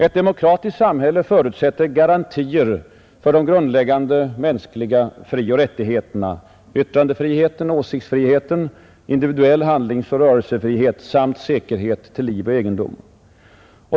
Ett demokratiskt samhälle förutsätter garantier för de grundläggande mänskliga frioch rättigheterna: yttrandefrihet, åsiktsfrihet, individuell handlingsoch rörelsefrihet samt säkerhet till liv och egendom.